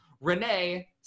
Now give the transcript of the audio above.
Renee